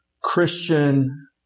Christian